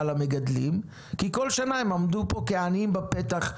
למגדלים כי כל שנה הם עמדו פה כעניים בפתח,